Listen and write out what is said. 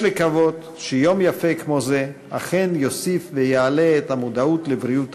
יש לקוות שיום יפה כמו זה אכן יוסיף ויעלה את המודעות לבריאות